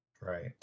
Right